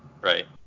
Right